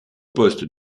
poste